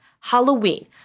Halloween